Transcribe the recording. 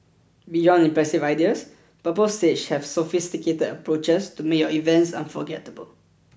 beyond impressive ideas Purple Sage has sophisticated approaches to make your events unforgettable